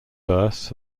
verse